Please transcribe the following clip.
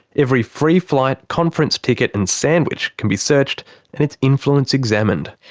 every free flight, conference ticket, and sandwich can be searched and its influence examined.